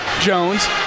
Jones